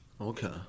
Okay